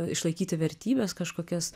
išlaikyti vertybes kažkokias